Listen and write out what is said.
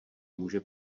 může